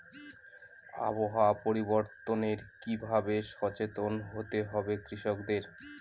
আবহাওয়া পরিবর্তনের কি ভাবে সচেতন হতে হবে কৃষকদের?